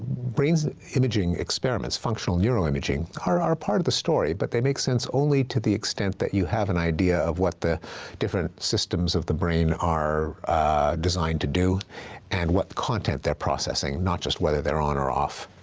brains imaging experiments, functional neuroimaging are part of the story, but they make sense only to the extent that you have an idea of what the different systems of the brain are designed to do and what content they're processing, not just whether they're on or off.